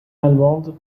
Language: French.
allemande